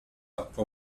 pour